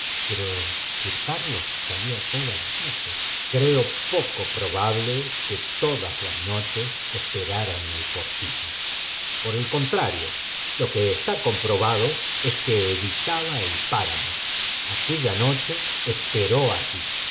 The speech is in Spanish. pero sir carlos salía todas las noches creo poco probabíe que todas las noches esperara en el portillo for el contrario lo que está comprobado es que evitaba el páramo aquella noche esperó allí